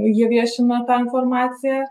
ji viešina tą informaciją